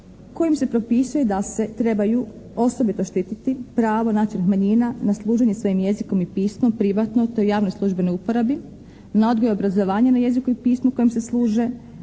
kojim se propisuje da se trebaju osobito štititi pravo nacionalnih manjina na služenje svojim jezikom i pismom privatno, te u javnoj službenoj uporabi, na odgoj i obrazovanje na jeziku i pismu kojim se službe,